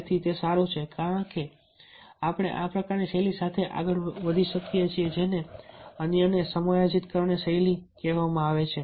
તેથી તે સારું છે કે આપણે આ પ્રકારની શૈલી સાથે આગળ વધી શકીએ જેને અન્યને સમાયોજિત કરવાની શૈલી કહેવામાં આવે છે